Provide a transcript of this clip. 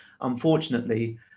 unfortunately